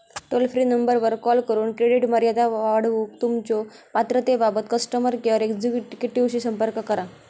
toll free नंबरवर call करून credit मर्यादा वाढवूक तुमच्यो पात्रतेबाबत कस्टमर केअर एक्झिक्युटिव्हशी संपर्क करा